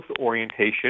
orientation